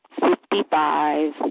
fifty-five